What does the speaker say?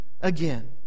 again